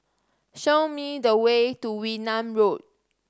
show me the way to Wee Nam Road